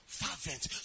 fervent